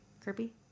Kirby